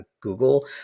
Google